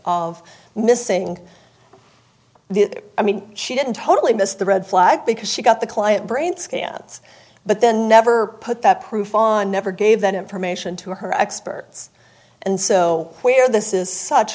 of missing the i mean she didn't totally miss the red flag because she got the client brain scans but then never put that proof on never gave that information to her experts and so where this is such